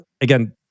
again